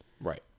Right